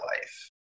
life